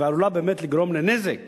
ועלולה באמת לגרום לנזק